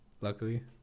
luckily